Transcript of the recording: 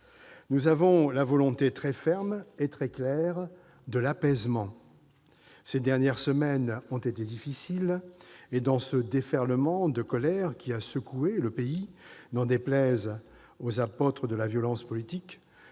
Nous avons la volonté, très ferme et très claire, de l'apaisement. Ces dernières semaines ont été difficiles et, dans ce déferlement de colère qui a secoué le pays, n'en déplaise aux apôtres de la violence politique,